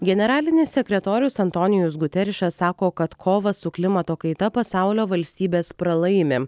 generalinis sekretorius antonijus guterišas sako kad kovą su klimato kaita pasaulio valstybės pralaimi